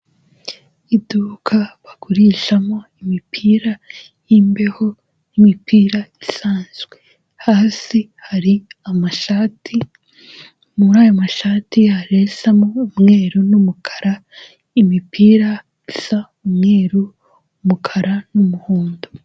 Iduka bagurishamo imipira y'imbeho n'imipira isanzwe. Hasi hari amashati, muri aya mashati hari isa n' umweru n' umukara, imipira isa umweru, umukara n'umuhondo.